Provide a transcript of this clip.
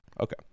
okay